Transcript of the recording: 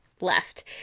left